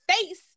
face